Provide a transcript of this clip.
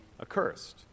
accursed